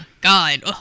god